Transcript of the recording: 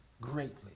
greatly